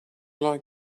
like